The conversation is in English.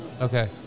Okay